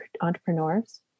entrepreneurs